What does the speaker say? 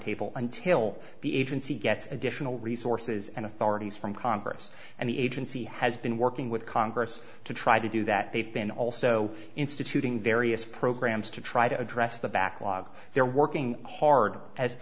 table until the agency gets additional resources and authorities from congress and the agency has been working with congress to try to do that they've been also instituting various programs to try to address the backlog they're working hard as